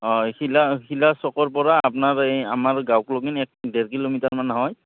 হয় শিলা শিলা চ'কৰ পৰা আপোনাৰ এই আমাৰ গাঁওক লগিন এক ডেৰ কিলোমিটাৰমান হয়